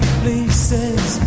places